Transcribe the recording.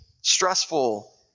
stressful